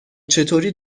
چطوری